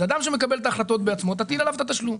אדם שמקבל את ההחלטות בעצמו, תטיל עליו את התשלום.